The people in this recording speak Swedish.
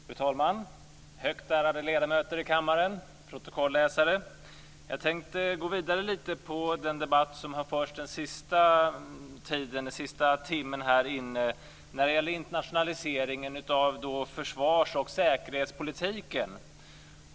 Fru talman! Högt ärade ledamöter i kammaren! Protokollsläsare! Jag tänkte gå vidare lite grann i den debatt som har förts under den senaste timmen när det gäller internationaliseringen av försvars och säkerhetspolitiken.